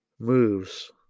moves